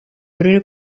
brune